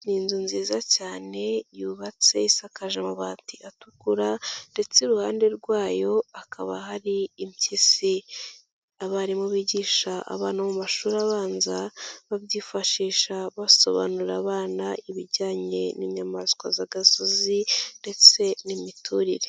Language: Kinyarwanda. Ni inzu nziza cyane yubatse isakaje amabati atukura ndetse iruhande rwayo hakaba hari impyisi. Abarimu bigisha abantu mu mashuri abanza, babyifashisha basobanurira abana ibijyanye n'inyamaswa z'agasozi ndetse n'imiturire.